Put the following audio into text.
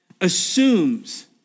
assumes